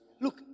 Look